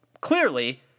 Clearly